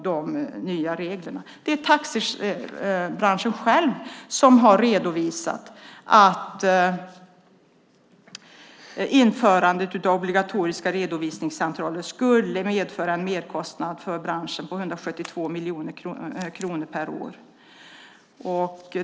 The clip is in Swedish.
Det är taxibranschen själv som har redovisat att införandet av obligatoriska redovisningscentraler skulle medföra en merkostnad för branschen på 172 miljoner kronor per år.